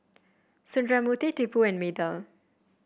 Sundramoorthy Tipu and Medha